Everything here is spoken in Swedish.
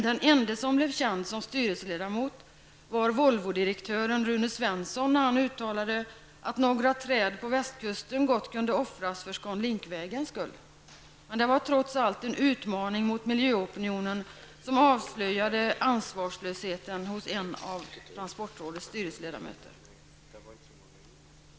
Den ende som blev känd som styrelseledamot var Volvodirektören Rune Svensson, när han uttalade att några träd på västkusten gott kunde offras för ScanLink-vägens skull. Men det var trots allt en utmaning mot miljöopinionen, som avslöjade ansvarslösheten hos en av transportrådets styrelseledamöter.